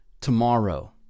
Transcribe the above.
tomorrow